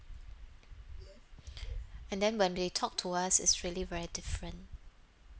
and then when they talk to us is really very different